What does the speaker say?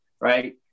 right